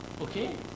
Okay